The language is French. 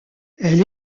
elle